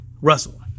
Russell